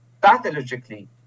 pathologically